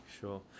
Sure